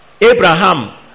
Abraham